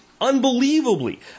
unbelievably